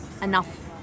enough